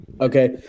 okay